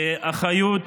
אחריות